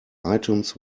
items